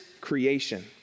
creation